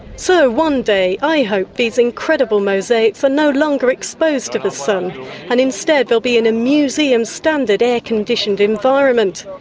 so, one day i hope these incredible mosaics no longer exposed to the sun and instead they'll be in a museum standard, air-conditioned environment.